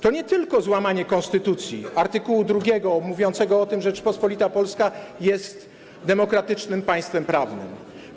To nie tylko złamanie konstytucji, art. 2 mówiącego o tym, że Rzeczpospolita Polska jest demokratycznym państwem prawa.